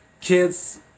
kids